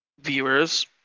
viewers